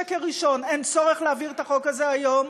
שקר ראשון: אין צורך להעביר את החוק הזה היום,